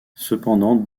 cependant